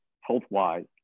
health-wise